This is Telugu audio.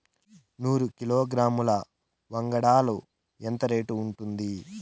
నూరు కిలోగ్రాముల వంగడాలు ఎంత రేటు ఉంటుంది?